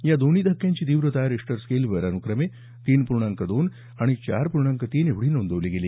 या दोन्ही धक्क्यांची तीव्रता रिश्टर स्केलवर अनुक्रमे तीन पूर्णांक दोन आणि चार पूर्णांक तीन एवढी नोंदवली गेली